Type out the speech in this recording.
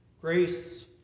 Grace